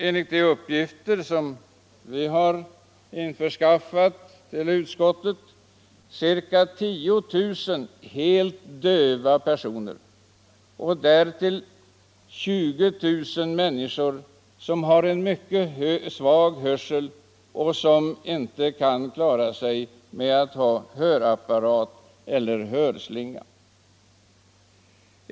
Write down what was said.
Enligt de uppgifter som vi har införskaffat till utskottet finns det ca 10 000 helt döva personer och därtill 20000 människor som har en mycket svag hörsel och inte kan klara sig med hörapparat eller hörslinga.